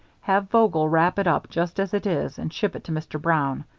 have vogel wrap it up just as it is and ship it to mr. brown.